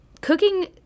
cooking